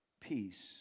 peace